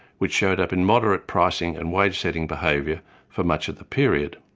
which showed up in moderate pricing and wage setting behaviour for much of the period.